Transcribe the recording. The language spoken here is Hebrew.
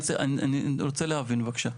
אני רוצה להבין בבקשה,